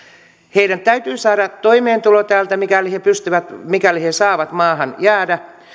heidän täytyy saada toimeentulo täältä mikäli he saavat maahan jäädä